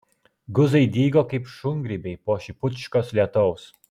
guzai dygo kaip šungrybiai po šipučkos lietaus